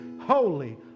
holy